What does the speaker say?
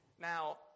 Now